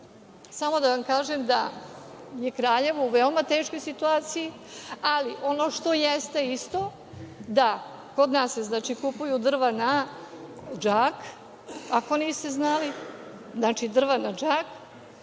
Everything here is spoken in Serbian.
samo da vam kažem da je Kraljevo u veoma teškoj situaciji, ali ono što jeste isto da se kod nas kupuju drva na džak, ako niste znali, drva na džak.